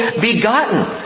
begotten